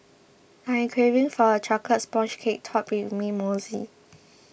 I am craving for a Chocolate Sponge Cake Topped with Mint Mousse